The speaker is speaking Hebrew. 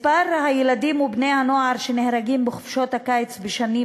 מספר הילדים ובני-הנוער שנהרגו בחופשות הקיץ בשנים